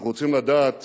אנחנו רוצים לדעת